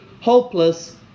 hopeless